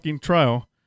trial